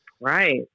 right